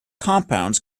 compounds